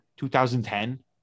2010